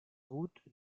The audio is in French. route